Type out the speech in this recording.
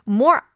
more